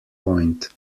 point